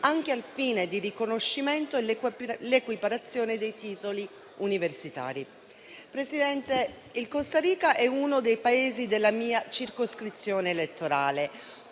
anche al fine di riconoscimento ed equiparazione dei titoli universitari. Signor Presidente, La Costa Rica è uno dei Paesi della mia circoscrizione elettorale.